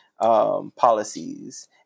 policies